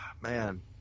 man